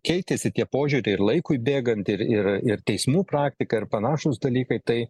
keitėsi tie požiūriai ir laikui bėgant ir ir ir teismų praktika ir panašūs dalykai tai